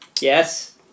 Yes